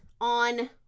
on